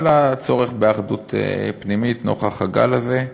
על הצורך באחדות פנימית נוכח הגל זה,